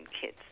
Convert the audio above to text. kids